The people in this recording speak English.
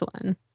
one